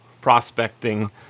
prospecting